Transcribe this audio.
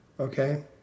okay